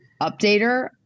updater